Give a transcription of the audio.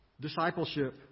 discipleship